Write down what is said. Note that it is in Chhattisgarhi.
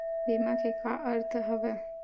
बीमा के का अर्थ हवय?